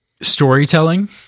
storytelling